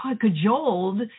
cajoled